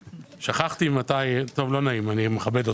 שכחתי מתי, טוב, לא נעים; אני מכבד אותם.